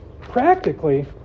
Practically